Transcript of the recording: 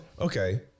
okay